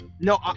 No